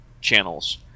channels